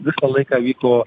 visą laiką vyko